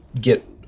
get